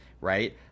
right